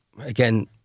Again